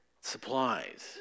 supplies